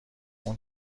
اون